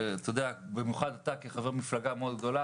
במיוחד לך כחבר מפלגה גדולה מאוד,